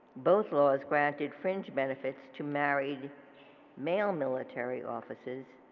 both laws granted fringe benefits to married male military officers,